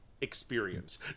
experience